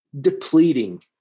depleting